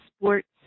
Sports